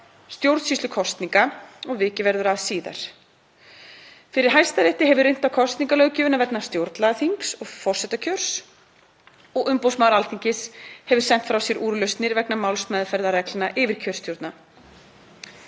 stjórnsýslu kosninga og vikið verður að síðar. Fyrir Hæstarétti hefur reynt á kosningalöggjöfina vegna stjórnlagaþings og forsetakjörs og umboðsmaður Alþingis hefur sent frá sér úrlausnir vegna málsmeðferðarreglna yfirkjörstjórna.